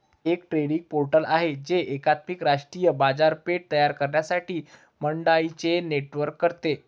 एक trading portal आहे जे एकात्मिक राष्ट्रीय बाजारपेठ तयार करण्यासाठी मंडईंचे नेटवर्क करते